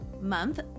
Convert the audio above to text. month